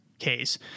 case